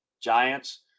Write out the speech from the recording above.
Giants